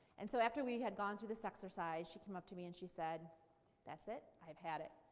and so after we had gone through this exercise she came up to me and she said that's it, i've had it.